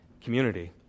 community